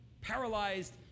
paralyzed